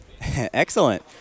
Excellent